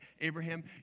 Abraham